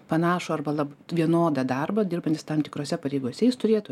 panašų arba lab vienodą darbą dirbantis tam tikrose pareigose jis turėtų